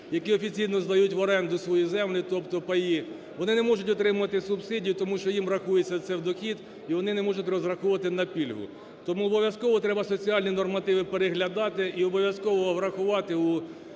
які офіційно здають в оренду свою землю, тобто паї. Вони не можуть отримати субсидію, тому що їм рахується це в дохід і вони не можуть розраховувати на пільгу. Тому обов'язково треба соціальні нормативи переглядати і обов'язково врахувати у